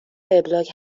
وبلاگ